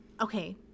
Okay